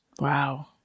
Wow